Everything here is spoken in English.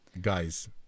guys